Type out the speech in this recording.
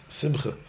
simcha